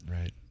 Right